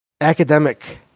academic